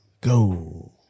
go